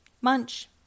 Munch